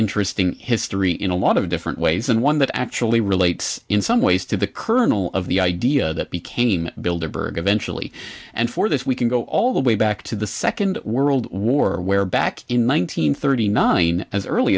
interesting history in a lot of different ways than one that actually relates in some ways to the kernel of the idea that became builder berger eventually and for this we can go all the way back to the second world war where back in one nine hundred thirty nine as early